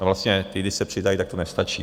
Vlastně ti, když se přidají, tak to nestačí.